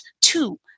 Two